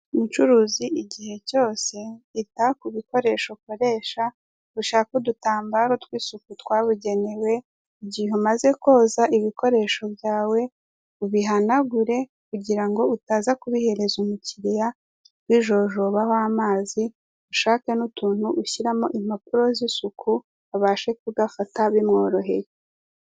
Umucuruzi igihe cyose yita ku bikoresho akoresha. Ushake udutambaro tw'isuku twabugenewe, igihe umaze koza ibikoresho byawe ubihanagure, kugira ngo utaza kubihereza umukiriya bijojobaho amazi, ushake n'utuntu ushyiramo impapuro z'isuku, abashe kugafata bimworoheye.